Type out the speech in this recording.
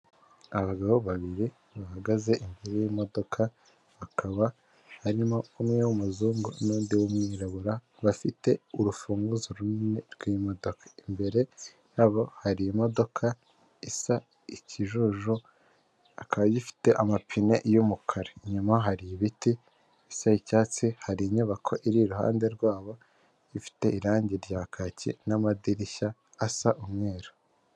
Abagabo babiri bahagaze imbere y'imodoka, hakaba harimo umwe w'umuzungu n'undi w'umwirabura, bafite urufunguzo runini rw'imodoka, imbere yabo hari imodoka isa ikijuju, ikaba ifite amapine y'umukara, inyuma hari ibiti bisa icyatsi hari inyubako iri iruhande rwabo ifite irangi rya kaki n'amadirishya asa umweru.